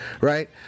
right